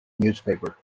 newspaper